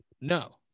No